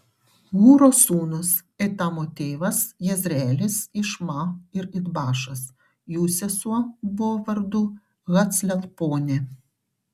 hūro sūnūs etamo tėvas jezreelis išma ir idbašas jų sesuo buvo vardu haclelponė